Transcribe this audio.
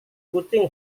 kucing